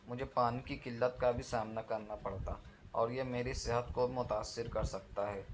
مجھے پانی کی قلت کا بھی سامنا کرنا پڑتا اور یہ میری صحت کو متاثر کر سکتا ہے